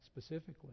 specifically